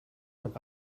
man